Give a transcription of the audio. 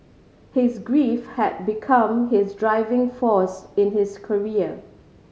his grief had become his driving force in his career